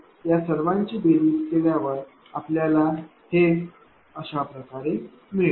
तर या सर्वांची बेरीज केल्यावर आपल्याला हे iAiBiCr1jx1iBiCr2jx2iCr3jx3 अशाप्रकारे मिळेल